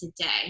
today